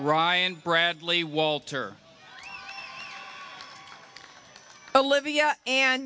ryan bradley walter livia and